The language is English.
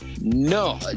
No